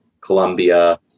Colombia